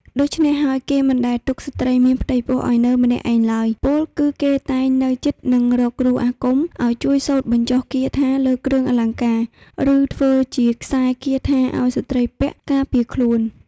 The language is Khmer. ដូច្នេះហើយគេមិនដែលទុកស្រ្តីមានផ្ទៃពោះឲ្យនៅម្នាក់ឯងឡើយ ពោលគឺគេតែងនៅជិតនិងរកគ្រូអាគមឲ្យជួយសូត្របញ្ចុះគាថាលើគ្រឿងអលង្កា ឬធ្វើជាខ្សែគាថាឲ្យស្ត្រីពាក់ការពារខ្លួន